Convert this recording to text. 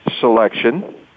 selection